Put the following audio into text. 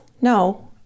No